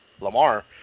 Lamar